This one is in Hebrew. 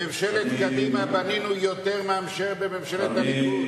בממשלת קדימה בנינו יותר מאשר בממשלת הליכוד.